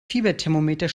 fieberthermometer